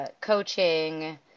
Coaching